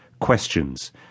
questions